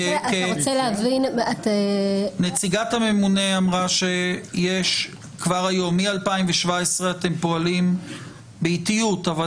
כי נציגת הממונה אמרה שיש כבר היום ושמאז 2017 אתם פועלים באיטיות אמנם,